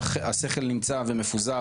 שהשכל נמצא ומפוזר,